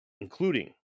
including